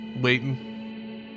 waiting